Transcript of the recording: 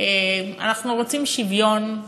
אנחנו רוצים שוויון,